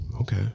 Okay